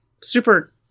super